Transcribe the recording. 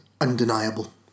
undeniable